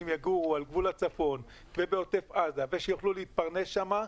יגורו על גבול הצפון ובעוטף עזה ושיוכלו להתפרנס שם,